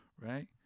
right